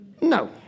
No